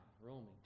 roaming